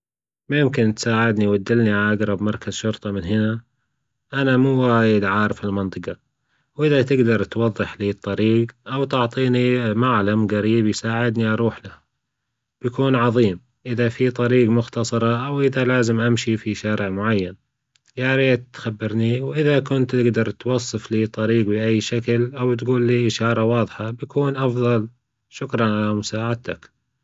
ممكن تساعدني وتدلني علي أجرب مركز شرطة من هنا، أنا مو وايد عارف المنطجه وإذا تجدر إتوضح لى الطريج أو تعطينى معلم جريب يساعدنى أروحله بيكون عظيم، إذا فى طريج مختصرة أو إذا لازم أمشى فى شارع معين ياريت تخبرنى، وإذا كنت تجدر توصف لى الطريج بأي شكل أو تجولي إشاره واضحة بيكون أفضل شكرا علي مساعدتك.